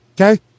Okay